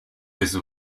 his